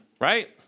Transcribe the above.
right